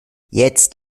jetzt